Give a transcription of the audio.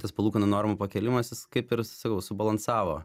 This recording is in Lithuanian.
tas palūkanų normų pakėlimas jis kaip ir sakau subalansavo